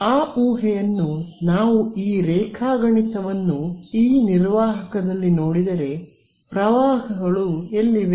ಆ ಊಹೆಯನ್ನು ನಾವು ಈ ರೇಖಾಗಣಿತವನ್ನು ಈ ನಿರ್ವಾಹಕದಲ್ಲಿ ನೋಡಿದರೆ ಪ್ರವಾಹಗಳು ಎಲ್ಲಿವೆ